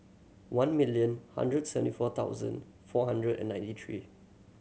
one million hundred seventy four thousand four hundred and ninety three